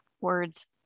words